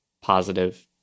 positive